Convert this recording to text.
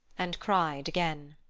and cried again.